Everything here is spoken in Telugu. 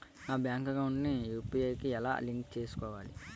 నా బ్యాంక్ అకౌంట్ ని యు.పి.ఐ కి ఎలా లింక్ చేసుకోవాలి?